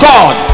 God